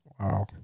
Wow